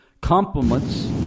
compliments